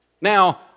Now